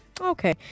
Okay